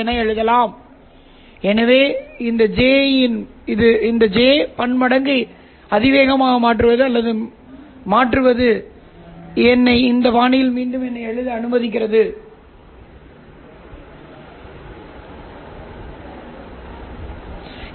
ஆனால் பிரச்சனை நீங்கள் வேண்டும் ஒரு நல்ல கட்ட உறவைக் கொண்டிருங்கள் எனவே உள்ளூர் ஊசலாட்டமாக இருக்கும்போது உள்வரும் சமிக்ஞையுடன் ஒரு திட்டவட்டமான கட்ட உறவை நாங்கள் நிறுவ வேண்டும்